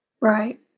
Right